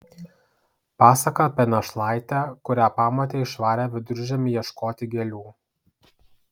pasaka apie našlaitę kurią pamotė išvarė viduržiemį ieškoti gėlių